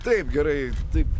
taip gerai taip